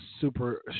Super